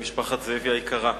משפחת זאבי היקרה,